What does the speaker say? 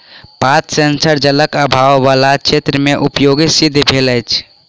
पात सेंसर जलक आभाव बला क्षेत्र मे उपयोगी सिद्ध भेल अछि